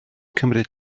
cymryd